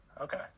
Okay